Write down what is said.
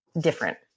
different